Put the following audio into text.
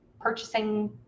purchasing